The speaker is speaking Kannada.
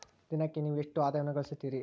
ದಿನಕ್ಕೆ ನೇವು ಎಷ್ಟು ಆದಾಯವನ್ನು ಗಳಿಸುತ್ತೇರಿ?